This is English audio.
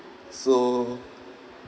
so